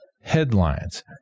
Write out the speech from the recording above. headlines